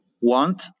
want